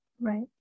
Right